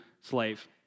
slave